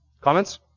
comments